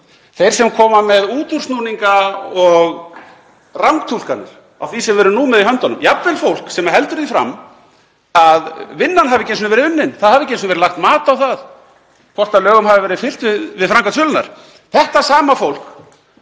Þeir sem koma með útúrsnúninga og rangtúlkanir á því sem við erum nú með í höndunum, jafnvel fólk sem heldur því fram að vinnan hafi einu ekki sinni verið unnin, það hafi ekki verið lagt mat á það hvort lögum hafi verið fylgt við framkvæmd sölunnar. Þetta sama fólk